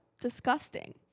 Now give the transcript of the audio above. disgusting